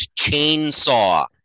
chainsaw